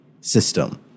system